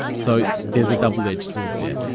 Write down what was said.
so there's a double-edged sword there.